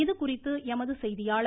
இது குறித்து எமது செய்தியாளர்